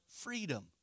freedom